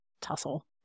tussle